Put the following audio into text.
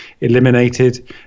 eliminated